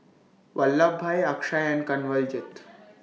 Vallabhbhai Akshay and Kanwaljit